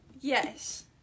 Yes